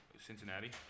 Cincinnati